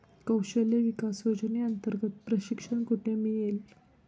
कौशल्य विकास योजनेअंतर्गत प्रशिक्षण कुठे मिळेल?